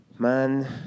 Man